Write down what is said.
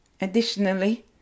Additionally